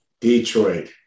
Detroit